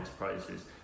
enterprises